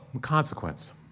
consequence